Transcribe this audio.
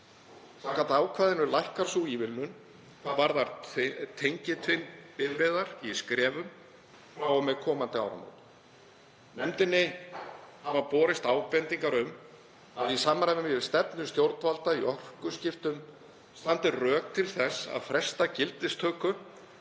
Samkvæmt ákvæðinu lækkar sú ívilnun hvað varðar tengiltvinnbifreiðar í skrefum frá og með komandi áramótum. Nefndinni hafa borist ábendingar um að í samræmi við stefnu stjórnvalda í orkuskiptum standi rök til þess að fresta gildistöku